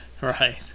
Right